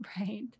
Right